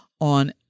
on